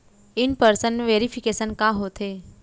In person verification का होथे?